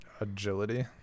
agility